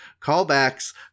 Callbacks